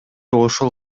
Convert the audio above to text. ошол